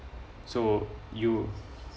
so you